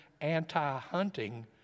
anti-hunting